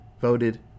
voted